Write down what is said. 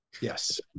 yes